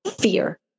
fear